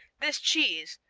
this cheese,